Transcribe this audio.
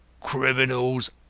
Criminals